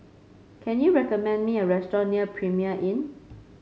can you recommend me a restaurant near Premier Inn